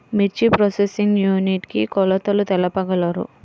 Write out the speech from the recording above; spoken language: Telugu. మిర్చి ప్రోసెసింగ్ యూనిట్ కి కొలతలు తెలుపగలరు?